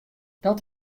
dat